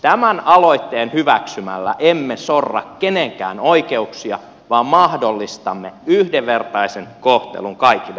tämän aloitteen hyväksymällä emme sorra kenenkään oikeuksia vaan mahdollistamme yhdenvertaisen kohtelun kaikille pareille